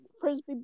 Frisbee